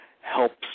helps